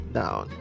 down